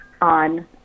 on